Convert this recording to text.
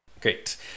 Great